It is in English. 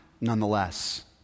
nonetheless